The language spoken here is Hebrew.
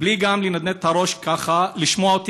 בלי לנדנד את הראש ככה לשמוע אותי,